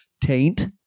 taint